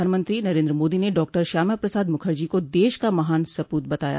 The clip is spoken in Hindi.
प्रधानमंत्री नरेन्द्र मोदी ने डॉक्टर श्यामा प्रसाद मुखर्जी को देश का महान सपूत बताया